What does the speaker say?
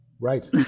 Right